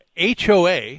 HOA